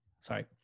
Sorry